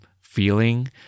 feeling